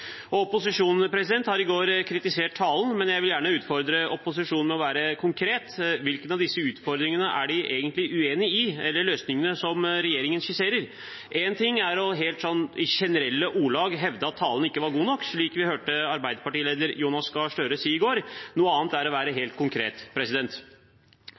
integreringsløft. Opposisjonen har i går kritisert talen. Men jeg vil gjerne utfordre opposisjonen til å være konkret. Hvilke av disse utfordringene eller løsningene som regjeringen skisserer, er de egentlig uenig i? En ting er i helt generelle ordelag å hevde at talen ikke var god nok, slik vi hørte Arbeiderpartiets leder, Jonas Gahr Støre, gjøre i går. Noe annet er å være